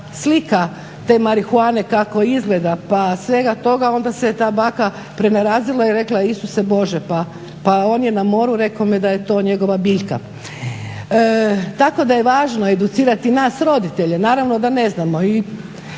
slika te marihuane kako izgleda. Pa iz svega toga, onda se je ta baka prenerazila i rekla isuse bože pa on je na moru, rekao mi je da je to njegova biljka. Tako da je važno educirati nas roditelje, naravno da ne znamo,